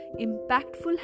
impactful